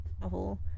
novel